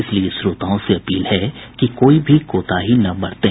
इसलिए श्रोताओं से अपील है कि कोई भी कोताही न बरतें